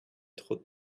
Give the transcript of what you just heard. trop